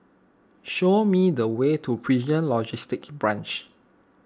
show me the way to Prison Logistic Branch